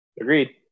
Agreed